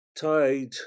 tide